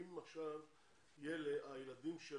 הילדים של